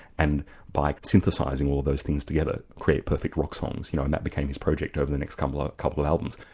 and by synthesizing all those things together, create perfect rock songs, you know and that became his project over the next couple ah couple of albums.